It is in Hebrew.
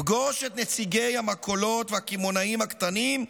פגוש את נציגי המכולות והקמעונאים הקטנים,